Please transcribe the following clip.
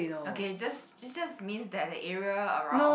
okay just this just means that the area around our